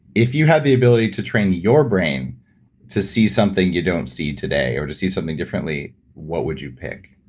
if you have the ability to train your brain to see something you don't see today or to see something differently, what would you pick?